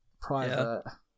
private